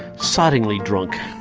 soddingly drunk.